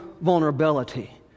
vulnerability